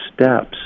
steps